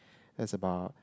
that's about